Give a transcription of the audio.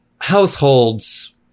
Households